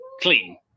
clean